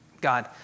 God